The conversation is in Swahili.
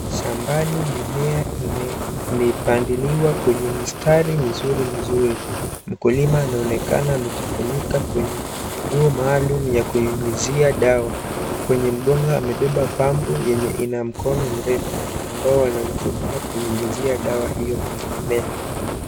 Shambani, mimea imepandiliwa kwenye mistari mizuri mizuri; mkulima anaonekana amejifunika kwenye nguo maalum ya kunyunyizia dawa, kwenye mgongo amebeba pampu yenye ina mkono mrefu ambao wanautumia kunyunyizia dawa hiyo kwenye mimea.